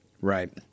Right